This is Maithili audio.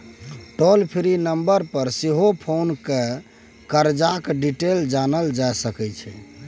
टोल फ्री नंबर पर सेहो फोन कए करजाक डिटेल जानल जा सकै छै